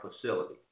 facility